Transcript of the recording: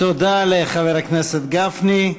תודה לחבר הכנסת גפני.